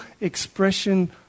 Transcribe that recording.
expression